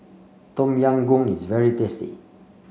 Tom Yam Goong is very tasty